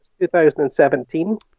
2017